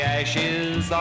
ashes